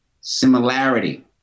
similarity